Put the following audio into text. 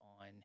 on